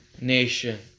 nation